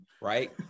right